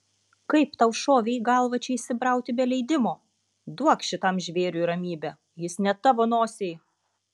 kaip tau šovė į galvą čia įsibrauti be leidimo duok šitam žvėriui ramybę jis ne tavo nosiai